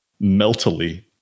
meltily